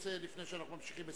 לפני שאנחנו ממשיכים בסדר-היום,